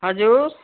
हजुर